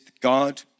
God